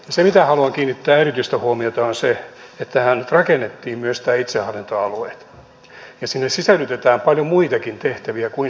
se mihin haluan kiinnittää erityistä huomiota on se että tähän rakennettiin myös nämä itsehallintoalueet ja sinne sisällytetään paljon muitakin tehtäviä kuin sote tehtäviä